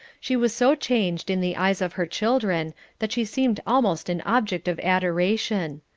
she was so changed in the eyes of her children that she seemed almost an object of adoration.